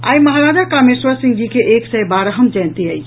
आई महाराजा कामेश्वर सिंह जी के एक सय बारहम जयंती अछि